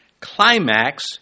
climax